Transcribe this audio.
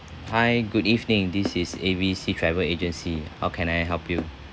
hi good evening this is A B C travel agency how can I help you